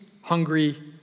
hungry